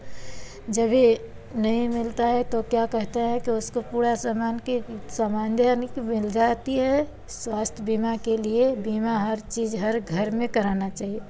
जभी नहीं मिलता है तो क्या कहता है कि उसको पूरा सामान की सामान ध्यान की मिल जाती है स्वास्थ्य बीमा के लिए बीमा हर चीज़ हर घर में कराना चाहिए